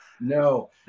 no